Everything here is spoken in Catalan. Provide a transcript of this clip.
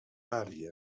sedentària